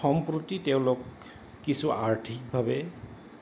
সম্প্ৰতি তেওঁলোক কিছু আৰ্থিকভাৱে